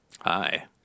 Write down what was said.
Hi